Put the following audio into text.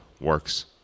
works